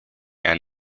and